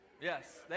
Yes